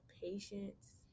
patience